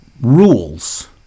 rules